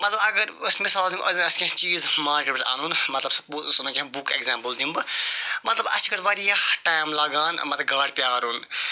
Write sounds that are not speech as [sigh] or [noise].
مطلب اگر أسۍ مِثال دِمو [unintelligible] آسہِ کینٛہہ چیٖز مارکیٚٹ پٮ۪ٹھ اَنُن مَطلَب بُہ أسۍ اَنو کینٛہہ بُک ایٚگزامپٕل دِمہٕ بہٕ مَطلَب اسہ چھ [unintelligible] واریاہ ٹایم لگان مَطلَب گاڑِ پیارُن